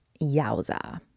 yowza